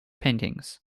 paintings